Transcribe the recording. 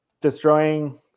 destroying